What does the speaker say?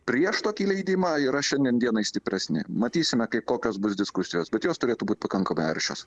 prieš tokį leidimą yra šiandien dienai stipresni matysime kai kokios bus diskusijos bet jos turėtų būt pakankamai aršios